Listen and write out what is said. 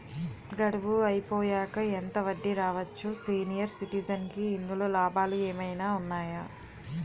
గడువు అయిపోయాక ఎంత వడ్డీ రావచ్చు? సీనియర్ సిటిజెన్ కి ఇందులో లాభాలు ఏమైనా ఉన్నాయా?